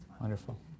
Wonderful